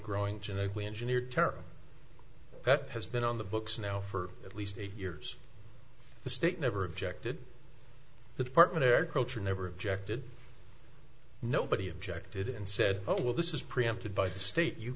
growing genetically engineered taro that has been on the books now for at least eight years the state never objected the department of their culture never objected nobody objected and said oh well this is preempted by the state you